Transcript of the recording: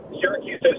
Syracuse